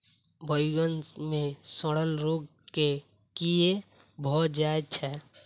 बइगन मे सड़न रोग केँ कीए भऽ जाय छै?